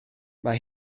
mae